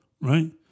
right